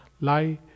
lie